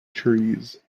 trees